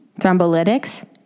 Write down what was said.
thrombolytics